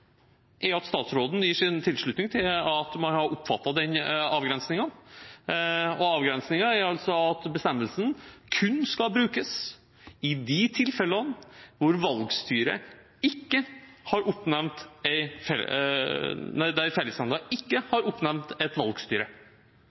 er at statsråden gir sin tilslutning til at man har oppfattet den avgrensningen. Og avgrensningen er altså at bestemmelsen kun skal brukes i de tilfellene der fellesnemnda ikke har oppnevnt et valgstyre. Det er den avgrensningen som er gjort. Det ber jeg statsråden bekrefte at hun har